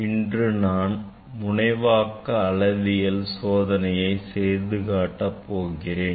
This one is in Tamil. இன்று நான் முனைவாக்க அளவியல் சோதனையை செய்து காட்டப் போகிறேன்